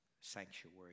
sanctuary